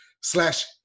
Slash